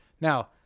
Now